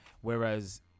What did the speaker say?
Whereas